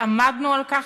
ועמדנו על כך,